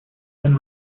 then